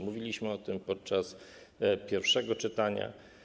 Mówiliśmy o tym podczas pierwszego czytania.